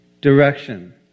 direction